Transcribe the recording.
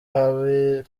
habi